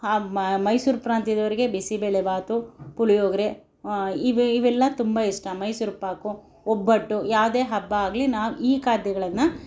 ಹಾಗೆ ಮೈಸೂರು ಪ್ರಾಂತ್ಯದವ್ರಿಗೆ ಬಿಸಿ ಬೇಳೆಬಾತು ಪುಳಿಯೋಗರೆ ಇವೆ ಇವೆಲ್ಲ ತುಂಬ ಇಷ್ಟ ಮೈಸೂರು ಪಾಕು ಒಬ್ಬಟ್ಟು ಯಾವುದೇ ಹಬ್ಬ ಆಗಲಿ ನಾ ಈ ಖಾದ್ಯಗಳನ್ನು